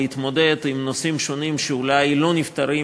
להתמודד עם נושאים שונים שאולי לא נפתרים